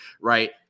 right